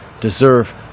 deserve